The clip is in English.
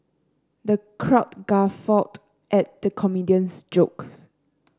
the crowd guffawed at the comedian's joke